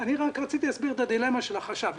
רציתי להסביר את הדילמה של החשב.